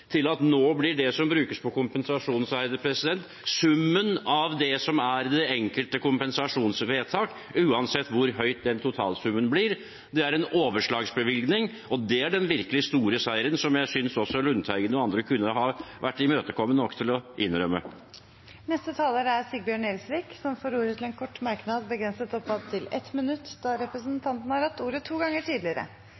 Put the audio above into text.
til at nå blir det som brukes på kompensasjon, summen av det som er det enkelte kompensasjonsvedtak, uansett hvor høy den totalsummen blir. Det er en overslagsbevilgning. Det er den virkelig store seieren, som jeg synes også Lundteigen og andre kunne ha vært imøtekommende nok til å innrømme. Representanten Sigbjørn Gjelsvik har hatt ordet to ganger tidligere og får ordet til en kort merknad, begrenset til 1 minutt.